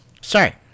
Sorry